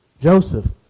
Joseph